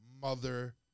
mother